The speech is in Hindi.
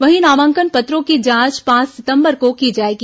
वहीं नामांकन पत्रों की जांच पांच सितंबर को की जाएगी